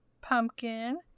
Pumpkin